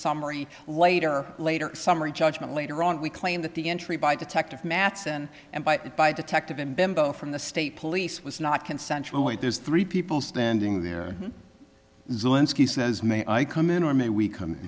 summary later or later summary judgment later on we claim that the entry by detective mattson and by by detective in bimbo from the state police was not consensual wait there's three people standing there says may i come in or may we c